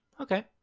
Okay